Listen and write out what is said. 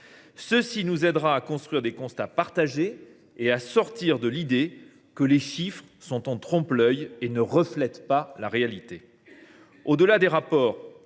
Cela nous aidera à construire des constats partagés et à sortir de l’idée que les chiffres sont en trompe l’œil et ne reflètent pas la réalité.